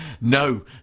no